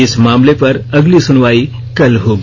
इस मामले पर अगली सुनवाई कल होगी